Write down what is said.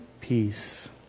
peace